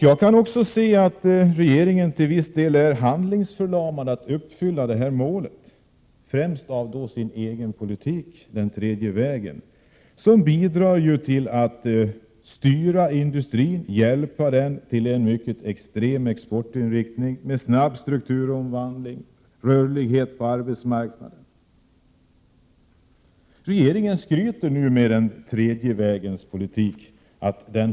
Jag kan också se att regeringen till viss del är handlingsförlamad när det gäller att uppfylla detta mål, främst av sin egen politik, den tredje vägen, som bidrar till att styra och hjälpa industrin till en mycket extrem exportinriktning, med snabb strukturomvandling och rörlighet på arbetsmarknaden. Regeringen skryter nu med att den tredje vägens politik har lyckats.